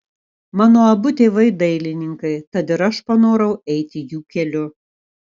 mano abu tėvai dailininkai tad ir aš panorau eiti jų keliu